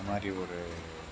அந்த மாதிரி ஒரு